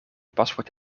paspoort